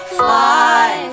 fly